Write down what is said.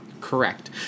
Correct